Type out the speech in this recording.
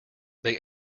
they